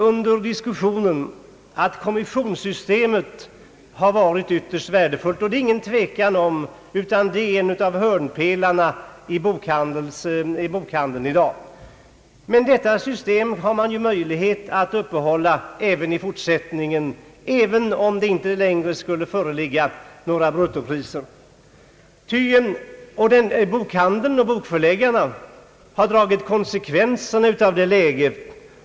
Under diskussionen har anförts att kommissionssystemet har varit ytterst värdefullt. Härom råder ingen tvekan. Detta system är en av hörnpelarna för bokhandeln i dag. Men detta system finns det möjlighet att upprätthålla också i fortsättningen, även om det inte längre skulle föreligga några bruttopriser. Bokhandeln och bokförläggarna har dragit konsekvenserna av det förhållandet.